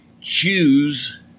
choose